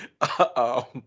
uh-oh